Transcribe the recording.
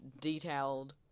detailed